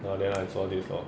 ya then I saw this lor